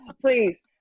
Please